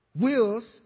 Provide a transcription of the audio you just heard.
wills